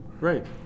Right